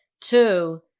Two